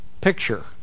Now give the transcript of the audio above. picture